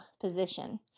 position